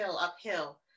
uphill